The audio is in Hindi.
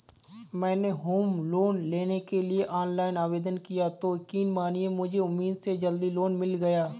मैंने होम लोन लेने के लिए ऑनलाइन आवेदन किया तो यकीन मानिए मुझे उम्मीद से जल्दी लोन मिल गया